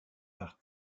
par